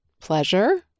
pleasure